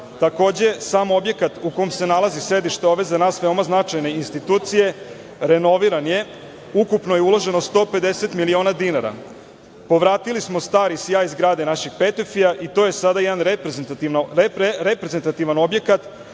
Takođe sam objekat u kom se nalazi sedište ove, za nas veoma značajne, institucije renoviran je. Ukupno je uloženo 150 miliona dinara. Povratili smo stari sjaj zgrade našeg Petifija i to je sada jedan reprezentativan objekat